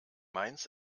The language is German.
mainz